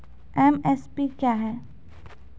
MSP क्या है?